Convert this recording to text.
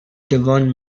devon